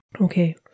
okay